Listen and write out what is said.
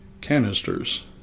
canisters